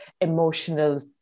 emotional